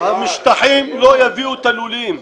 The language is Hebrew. עוד משטחים לא יביאו את הלולים.